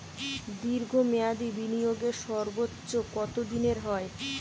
দীর্ঘ মেয়াদি বিনিয়োগের সর্বোচ্চ কত দিনের হয়?